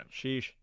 Sheesh